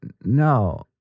no